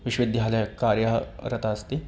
विश्वविद्यालयस्य कार्यरतः अस्ति